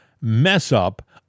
mess-up